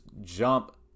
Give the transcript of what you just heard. jump